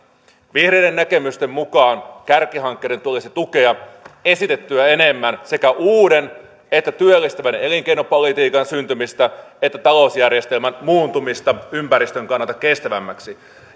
vihreiden näkemysten mukaan kärkihankkeiden tulisi tukea esitettyä enemmän sekä uuden että työllistävän elinkeinopolitiikan syntymistä ja talousjärjestelmän muuntumista ympäristön kannalta kestävämmäksi